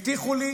הבטיחו לי